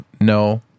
No